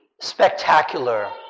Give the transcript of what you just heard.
spectacular